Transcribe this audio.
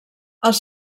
els